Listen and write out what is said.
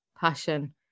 passion